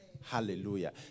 Hallelujah